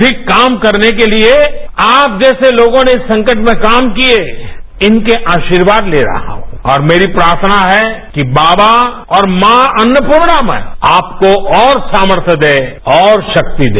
अधिक काम करने के लिए आप जैसे लोगों ने संकट में काम किये इनके आशीवाद ते रहा हूं और मेरी प्रार्थना हैं कि बाबा और मां अन्नपूर्णोमय आपको और सामर्थय दे और शक्ति दे